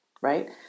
Right